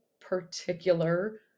particular